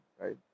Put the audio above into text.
right